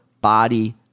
body